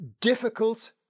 difficult